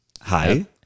Hi